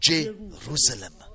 Jerusalem